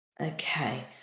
Okay